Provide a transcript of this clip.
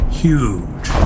huge